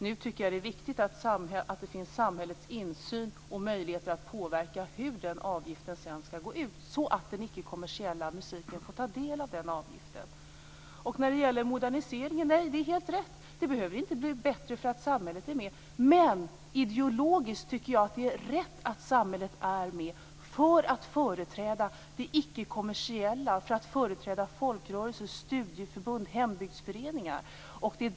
Nu är det viktigt att samhället har möjlighet att påverka hur intäkterna från den avgiften sedan skall användas, så att den icke kommersiella musiken får del av dessa pengar. Beträffande moderniseringen är det helt rätt. Det behöver inte bli bättre för att samhället är med, men ideologiskt tycker jag att det är rätt att samhället är med som företrädare för det icke kommersiella, för folkrörelser, studieförbund och hembygdsföreningar.